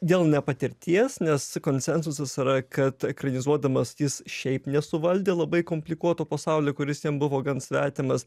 dėl nepatirties nes konsensusas yra kad ekranizuodamas jis šiaip nesuvaldė labai komplikuoto pasaulio kuris jam buvo gan svetimas